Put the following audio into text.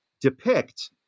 depict